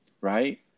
right